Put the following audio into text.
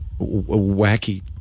wacky